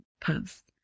post